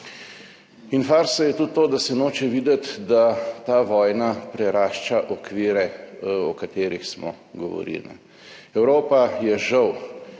In farsa je tudi to, da se noče videti, da ta vojna prerašča okvire, o katerih smo govorili. Evropa je žal